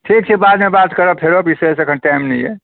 ठीक छै बादमे बात करब फेरो विशेष अखन टाइम नहि यऽ